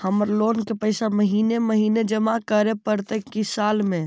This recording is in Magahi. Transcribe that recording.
हमर लोन के पैसा महिने महिने जमा करे पड़तै कि साल में?